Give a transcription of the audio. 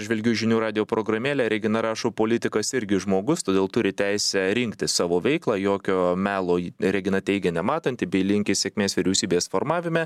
žvelgiu į žinių radijo programėlę regina rašo politikas irgi žmogus todėl turi teisę rinktis savo veiklą jokio melo regina teigia nematanti bei linki sėkmės vyriausybės formavime